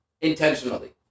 intentionally